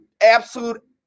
absolute